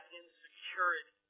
insecurity